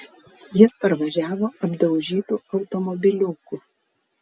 jis parvažiavo apdaužytu automobiliuku